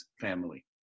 family